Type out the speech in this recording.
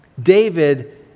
David